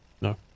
no